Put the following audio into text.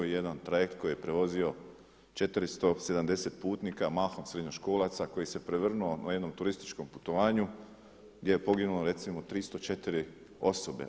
Jedan trajekt koji je prevozio 470 putnika mahom srednjoškolaca koji se prevrnuo na jednom turističkom putovanju gdje poginulo recimo 304 osobe.